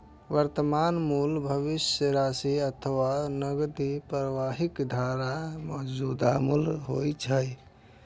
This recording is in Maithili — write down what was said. वर्तमान मूल्य भविष्यक राशि अथवा नकदी प्रवाहक धाराक मौजूदा मूल्य होइ छै